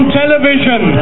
television